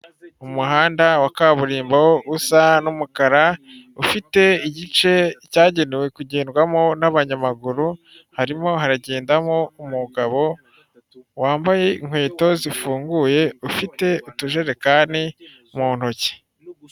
Umuhanda wa kaburimbo usa n'umukara ufite igice cyagenewe kugendwamo n'abanyamaguru. Harimo haragendamo umugabo wambaye inkweto zifunguye ufite utujerekani mu ntoki.